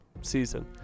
season